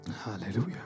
Hallelujah